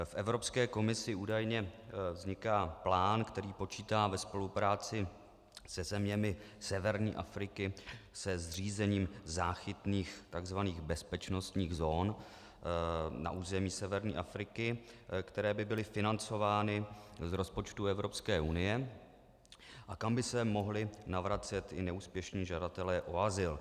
V Evropské komisi údajně vzniká plán, který počítá ve spolupráci se zeměmi severní Afriky se zřízením záchytných takzvaných bezpečnostních zón na území severní Afriky, které by byly financovány z rozpočtu Evropské unie a kam by se mohli navracet neúspěšní žadatelé o azyl.